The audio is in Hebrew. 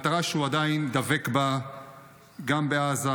מטרה שהוא עדיין דבק בה גם בעזה,